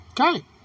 Okay